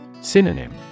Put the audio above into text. Synonym